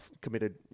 committed